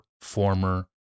former